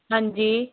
हां जी